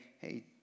hey